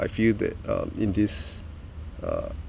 I feel that um in this uh